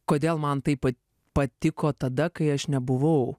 kodėl man tai pa patiko tada kai aš nebuvau